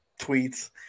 tweets